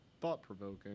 thought-provoking